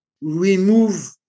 remove